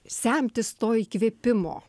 semtis to įkvėpimo